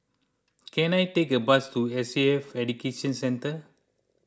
can I take a bus to S A F Education Centre